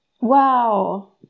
Wow